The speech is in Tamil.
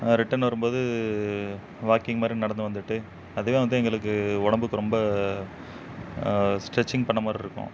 ரிட்டன் வரும்போது வாக்கிங் மாதிரி நடந்து வந்துட்டு அதுவே வந்துஉடம்புக்கு ரொம்ப ஸ்ட்ரெச்சிங் பண்ணிண மாதிரி இருக்கும்